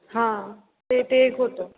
हां ते ते एक होतं